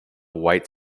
white